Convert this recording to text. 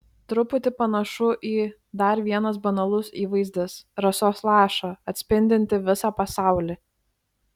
truputį panašu į dar vienas banalus įvaizdis rasos lašą atspindintį visą pasaulį